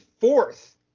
fourth